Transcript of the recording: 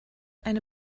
eine